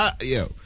Yo